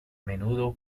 menudo